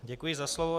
Děkuji za slovo.